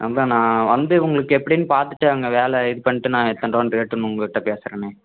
அதுதான் நான் வந்து உங்களுக்கு எப்படின்னு பார்த்துட்டு அங்கே வேலை இது பண்ணுட்டு நான் எத்தனை ரூபான்னு ரேட்டு உங்ககிட்டே பேசுறேன்னே